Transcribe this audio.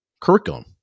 curriculum